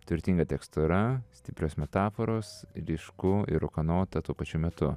turtinga tekstūra stiprios metaforos ryšku ir ūkanota tuo pačiu metu